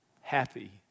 Happy